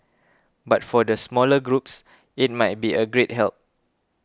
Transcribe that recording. but for the smaller groups it might be a great help